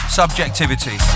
subjectivity